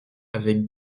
avec